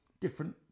different